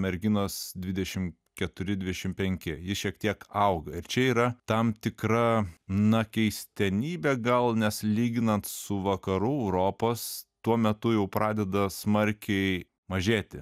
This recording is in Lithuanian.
merginos dvidešim keturi dvidešim penki ji šiek tiek auga ir čia yra tam tikra na keistenybė gal nes lyginant su vakarų europos tuo metu jau pradeda smarkiai mažėti